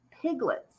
piglets